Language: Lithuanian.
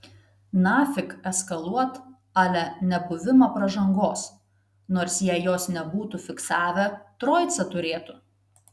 nafik eskaluot a le nebuvimą pražangos nors jei jos nebūtų fiksavę troicą turėtų